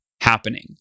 happening